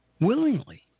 willingly